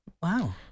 Wow